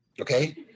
Okay